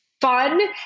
fun